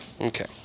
Okay